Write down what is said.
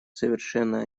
совершенно